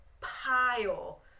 pile